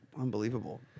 unbelievable